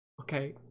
okay